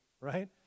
right